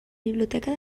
biblioteca